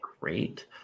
great